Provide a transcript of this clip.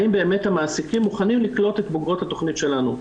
האם באמת המעסיקים מוכנים לקלוט את בוגרות התכנית שלנו.